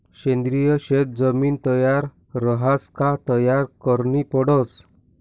सेंद्रिय शेत जमीन तयार रहास का तयार करनी पडस